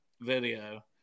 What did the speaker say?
video